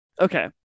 Okay